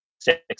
six